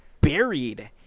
buried